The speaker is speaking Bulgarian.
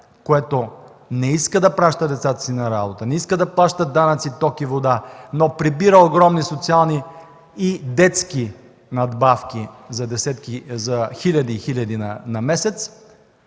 което не иска да праща децата си на работа, не иска да плаща данъци, ток и вода, но прибира огромни социални и детски надбавки, хиляди и хиляди на месец,